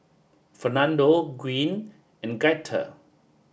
Fernando Gwyn and Gaither